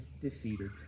defeated